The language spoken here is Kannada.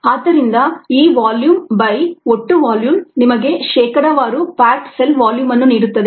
ಆದ್ದರಿಂದ ಈ ವಾಲ್ಯೂಮ್ by ಒಟ್ಟು ವಾಲ್ಯೂಮ್ ನಿಮಗೆ ಶೇಕಡಾವಾರು ಪ್ಯಾಕ್ಡ್ ಸೆಲ್ ವಾಲ್ಯೂಮ್ ಅನ್ನು ನೀಡುತ್ತದೆ